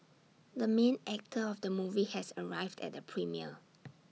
the main actor of the movie has arrived at the premiere